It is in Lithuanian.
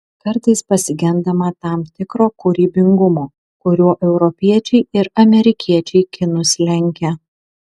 kartais pasigendama tam tikro kūrybingumo kuriuo europiečiai ir amerikiečiai kinus lenkia